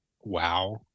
wow